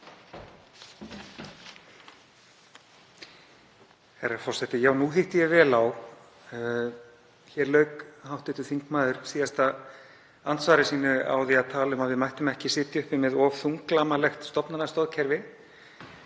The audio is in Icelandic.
Herra forseti. Nú hitti ég vel á. Hér lauk hv. þingmaður síðasta andsvari sínu á því að tala um að við mættum ekki sitja uppi með of þunglamalegt stofnanastoðkerfi.